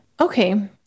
Okay